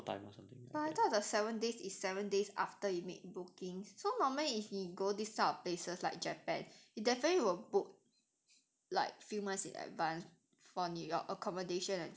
but I thought the seven days is seven days after you make bookings so normally if you go this type of places like japan you definitely will book like few months in advance for accommodation and flight [what]